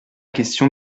question